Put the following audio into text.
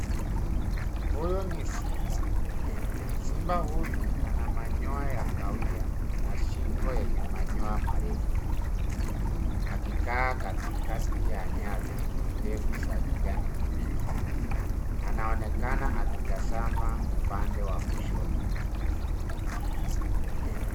Huyu ni simba. Simba huyu ana manyoya ya kahawia na shingo yenye manyoya marefu, akikaa katikati ya nyasi ndefu za kijani kibichi. Anaonekana akitazama upande wa kushoto.